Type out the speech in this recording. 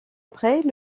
après